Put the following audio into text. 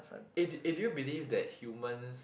eh did eh did you believe that humans